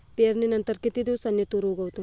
पेरणीनंतर किती दिवसांनी तूर उगवतो?